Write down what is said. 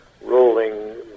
rolling